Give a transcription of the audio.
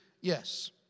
yes